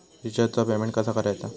रिचार्जचा पेमेंट कसा करायचा?